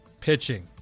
pitching